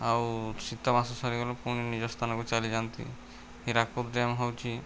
ଆଉ ଶୀତ ମାସ ସରିଗଲେ ପୁଣି ନିଜ ସ୍ଥାନକୁ ଚାଲିଯାଆନ୍ତି ହୀରାକୁଦ ଡ୍ୟାମ୍ ହେଉଛି